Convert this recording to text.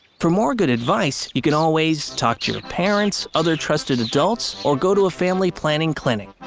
for more good advice, you can always talk to your parents, other trusted adults, or go to a family planning clinic.